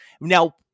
Now